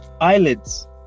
eyelids